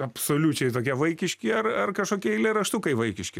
absoliučiai tokie vaikiški ar ar kažkokie eilėraštukai vaikiški